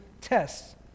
tests